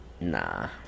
Nah